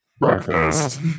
breakfast